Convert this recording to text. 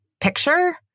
picture